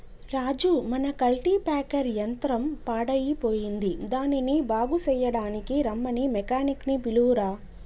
రాజు మన కల్టిప్యాకెర్ యంత్రం పాడయ్యిపోయింది దానిని బాగు సెయ్యడానికీ రమ్మని మెకానిక్ నీ పిలువురా